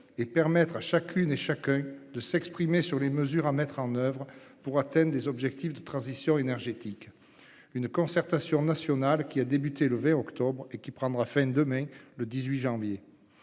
et permettre à chacun de s'exprimer sur les mesures à mettre en oeuvre pour atteindre les objectifs de transition énergétique. Cette concertation nationale a commencé le 20 octobre et prendra fin demain, le 18 janvier.